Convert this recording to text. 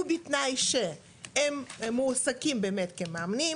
ובתנאי שהם מועסקים באמת כמאמנים.